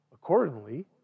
Accordingly